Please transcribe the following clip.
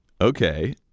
Okay